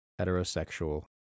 heterosexual